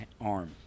arm